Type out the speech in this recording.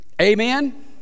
Amen